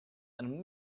and